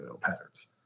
patterns